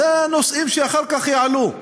אלה נושאים שאחר כך יעלו.